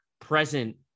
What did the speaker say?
present